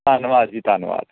ਧੰਨਵਾਦ ਜੀ ਧੰਨਵਾਦ